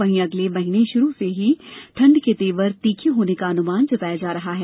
वहीं अगले महीने शुरूआत से ही ठंड के तेवर तीखे होने का अनुमान जताया जा रहा है